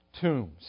tombs